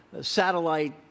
satellite